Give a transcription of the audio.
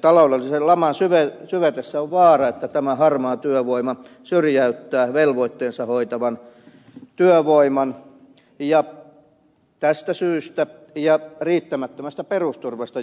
taloudellisen laman syvetessä on vaara että tämä harmaa työvoima syrjäyttää velvoitteensa hoitavan työvoiman ja tästä syystä ja riittämättömästä perusturvasta